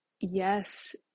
yes